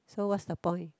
so what's the point